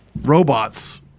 robots